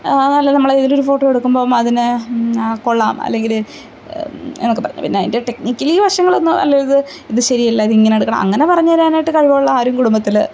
അല്ല നമ്മൾ ഏതെങ്കിലും ഒരു ഫോട്ടോ എടുക്കുമ്പം അതിനെ ആ കൊള്ളാം അല്ലെങ്കിൽ എന്നൊക്കെ പറഞ്ഞ് പിന്നെ അതിൻ്റെ ടെക്നിക്കലി വശങ്ങളൊന്നും അല്ല ഇത് ഇത് ശരിയല്ല ഇത് എങ്ങനെ എടുക്കണം അങ്ങനെ പറഞ്ഞുതരാനായിട്ട് കഴിവുള്ള ആരും കുടുംബത്തിൽ